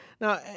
Now